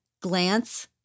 glance